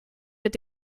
mit